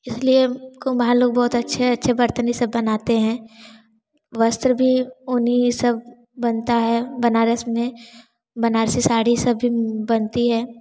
इसलिए कुम्हार लोग बहुत अच्छे अच्छे बर्तन यह सब बनाते हैं वस्त्र भी ऊनी यह सब बनता है बनारस में बनारसी साड़ी सब भी बनती हैं